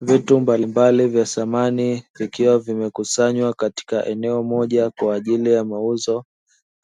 Vitu mbalimbali vya samani vikiwa vimekusanywa katika eneo moja kwa ajili ya mauzo;